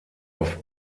oft